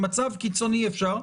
במצב קיצוני אפשר,